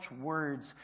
words